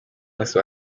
musi